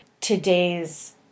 today's